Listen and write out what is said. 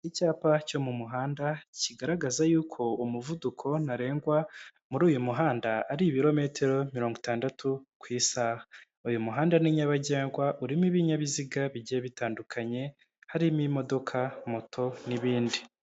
Icyapa cyo mu muhanda, kigaragaza y'uko umuvuduko ntarengwa muri uyu muhanda, ari ibirometero mirongo itandatu ku isaha, uyu muhanda ni nyabagendwa, urimo ibinyabiziga bigiye bitandukanye, harimo imodoka, moto n'ibindi.